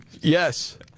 Yes